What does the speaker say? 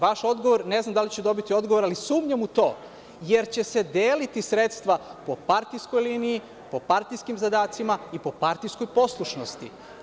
Vaš odgovor, ne znam da li ću dobiti odgovor, ali sumnjam u to, jer će se deliti sredstva po partijskoj liniji, po partijskim zadacima i po partijskoj poslušnosti.